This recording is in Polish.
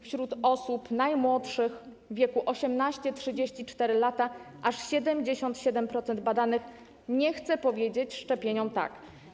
Wśród osób najmłodszych, w wieku od 18 do 34 lat, aż 77% badanych nie chce powiedzieć szczepieniom: tak.